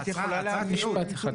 אם את יכולה להעביר נתונים,